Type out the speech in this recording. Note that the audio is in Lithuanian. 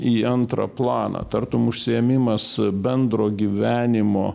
į antrą planą tartum užsiėmimas bendro gyvenimo